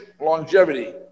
longevity